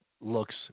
looks